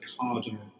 cardinal